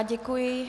Děkuji.